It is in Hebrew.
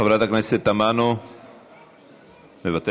חברת הכנסת תמנו, מוותרת.